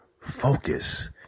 focus